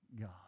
God